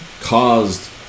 caused